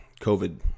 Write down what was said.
COVID